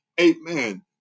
amen